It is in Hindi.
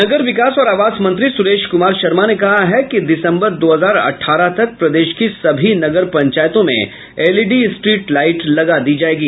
नगर विकास और आवास मंत्री सुरेश कुमार शर्मा ने कहा है कि दिसंबर दो हजार अठारह तक प्रदेश की सभी नगर पंचायतों में एलईडी स्ट्रीट लाईट लगा दी जायेगी